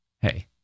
hey